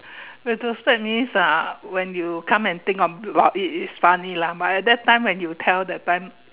retrospect means uh when you come and think about it it is funny lah but at that time when you tell that time